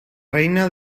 reina